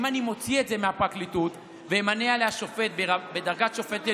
אם אני מוציא את זה מהפרקליטות ואמנה עליו שופט בדרגת שופט עליון,